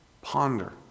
Ponder